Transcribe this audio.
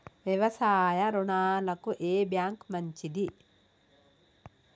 వ్యవసాయ రుణాలకు ఏ బ్యాంక్ మంచిది?